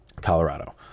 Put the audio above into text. Colorado